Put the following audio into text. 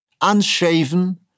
unshaven